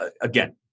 again